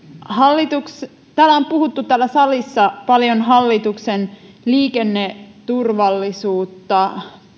täällä salissa on puhuttu paljon hallituksen liikenneturvallisuutta